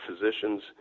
physicians